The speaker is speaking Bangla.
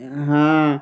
হ্যাঁ